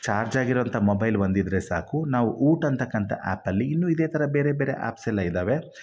charge ಆಗಿರೋಂಥ mobile ಒಂದು ಇದ್ದರೆ ಸಾಕು ನಾವು ವೂಟ್ ಅಂಥಕ್ಕಂಥ ಆ್ಯಪಲ್ಲಿ ಇನ್ನು ಇದೆ ಥರ ಬೇರೆ ಬೇರೆ ಆ್ಯಪ್ಸ್ ಎಲ್ಲ ಇದ್ದಾವೆ